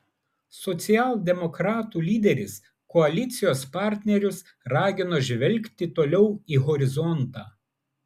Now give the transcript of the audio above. socialdemokratų lyderis koalicijos partnerius ragino žvelgti toliau į horizontą